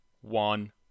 One